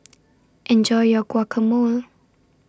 Enjoy your Guacamole